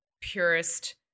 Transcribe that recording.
purest